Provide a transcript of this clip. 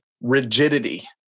rigidity